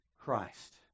Christ